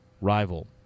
rival